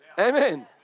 Amen